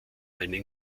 einen